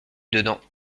dedans